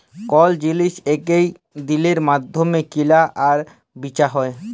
call জিলিস একই দিলের মইধ্যে কিলা আর বিচা হ্যয়